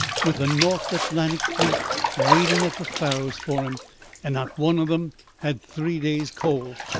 with the north atlantic fleet waiting at the faroes for em and not one of em had three days coal!